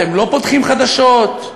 אתם לא פותחים חדשות?